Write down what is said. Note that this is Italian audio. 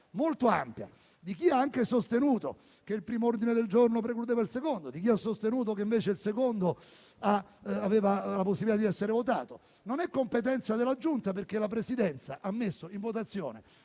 molto ampia tra chi ha anche sostenuto che il primo ordine del giorno precludeva il secondo e chi invece ha sostenuto che il secondo aveva la possibilità di essere votato. Non è competenza della Giunta, perché la Presidenza ha messo in votazione